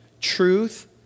Truth